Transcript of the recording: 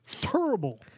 terrible